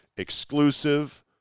exclusive